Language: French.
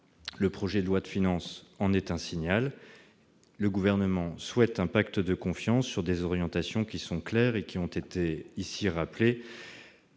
Le projet de loi de finances en est un signal. Le Gouvernement souhaite un pacte de confiance sur des orientations claires et qui ont été rappelées